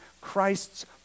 Christ's